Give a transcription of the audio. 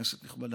כנסת נכבדה,